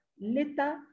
l'État